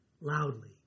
loudly